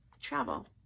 travel